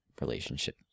relationship